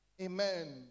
Amen